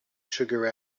sugar